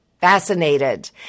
fascinated